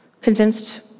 convinced